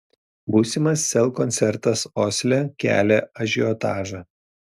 būsimas sel koncertas osle kelia ažiotažą